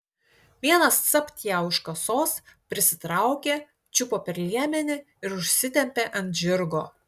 vienas capt ją už kasos prisitraukė čiupo per liemenį ir užsitempė ant žirgo